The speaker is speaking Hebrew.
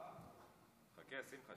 עזוב אותך,